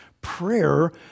Prayer